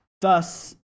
thus